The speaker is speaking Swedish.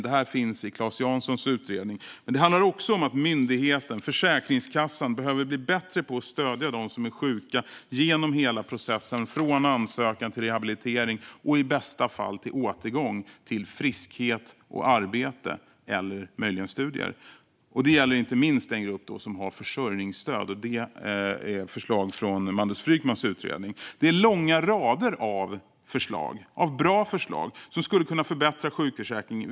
Det här finns i Claes Janssons utredning. Det handlar också om att myndigheten, Försäkringskassan, behöver bli bättre på att stödja dem som är sjuka genom hela processen från ansökan till rehabilitering och i bästa fall återgång till friskhet och arbete eller möjligen studier. Det gäller inte minst den grupp som har försörjningsstöd. Detta är ett förslag från Mandus Frykmans utredning. Det är långa rader av bra förslag som skulle kunna förbättra sjukförsäkringen.